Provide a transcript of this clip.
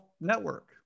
network